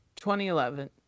2011